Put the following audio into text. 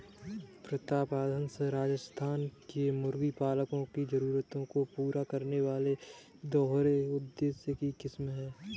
प्रतापधन राजस्थान के मुर्गी पालकों की जरूरतों को पूरा करने वाली दोहरे उद्देश्य की किस्म है